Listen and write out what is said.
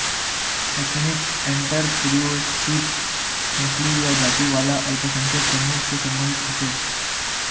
ethnic entrepreneurship नस्ली या जाती वाला अल्पसंख्यक समूह से सम्बंधित होछे